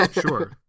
Sure